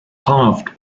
halved